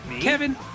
Kevin